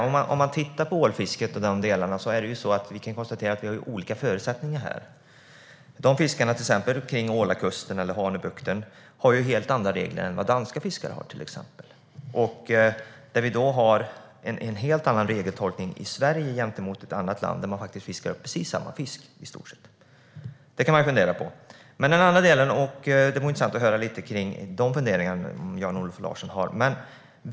Om man tittar på ålfisket och de delarna kan man konstatera att vi har olika förutsättningar. Fiskarna kring till exempel Ålakusten eller Hanöbukten har ju helt andra regler än vad exempelvis danska fiskare har. Vi har alltså i Sverige en helt annan regeltolkning än i ett annat land - där de faktiskt fiskar upp i stort sett samma fisk. Det kan man fundera på, och det vore intressant att höra lite om detta från Jan-Olof Larsson.